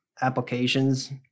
applications